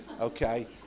okay